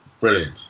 Brilliant